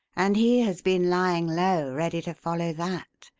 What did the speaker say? and he has been lying low ready to follow that,